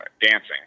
dancing